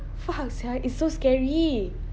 fuck sia it's so scary